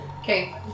Okay